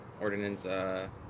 ordinance